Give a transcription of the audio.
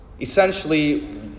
Essentially